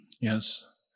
Yes